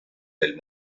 del